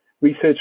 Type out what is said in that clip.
research